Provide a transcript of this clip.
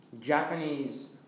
Japanese